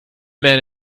man